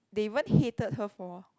they even hated her for